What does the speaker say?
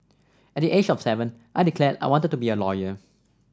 at the age of seven I declared I wanted to be a lawyer